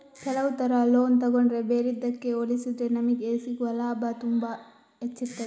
ಕೆಲವು ತರ ಲೋನ್ ತಗೊಂಡ್ರೆ ಬೇರೆದ್ದಕ್ಕೆ ಹೋಲಿಸಿದ್ರೆ ನಮಿಗೆ ಸಿಗುವ ಲಾಭ ತುಂಬಾ ಹೆಚ್ಚಿರ್ತದೆ